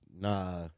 Nah